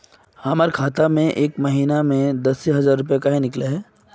हमर खाता में एक महीना में दसे हजार रुपया काहे निकले है?